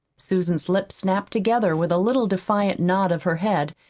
susan's lips snapped together with a little defiant nod of her head,